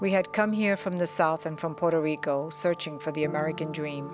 we had come here from the south and from puerto rico searching for the american dream